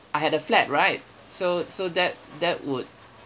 I had a flat right so so that that would